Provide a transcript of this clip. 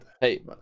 hey